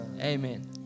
Amen